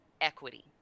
equity